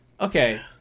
okay